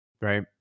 right